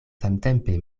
samtempe